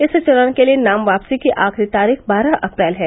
इस चरण के लिए नाम वापसी की आखिरी तारीख बारह अप्रैल है